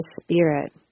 spirit